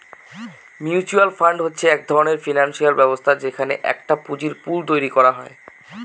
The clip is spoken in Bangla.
মিউচুয়াল ফান্ড হচ্ছে এক ধরনের ফিনান্সিয়াল ব্যবস্থা যেখানে একটা পুঁজির পুল তৈরী করা হয়